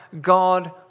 God